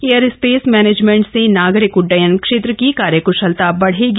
aerospace management से नागरिक उड्डयन क्षेत्र की कार्य कुशलता बढ़ेगी